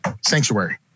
sanctuary